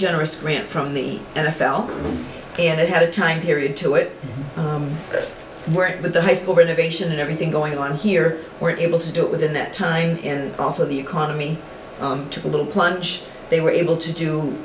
generous grant from the n f l and it had a time period to it where the high school renovation and everything going on here were able to do it within that time and also the economy took a little plunge they were able to do